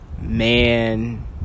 Man